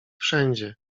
wszędzie